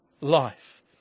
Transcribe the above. life